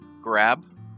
grab